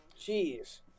jeez